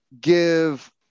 give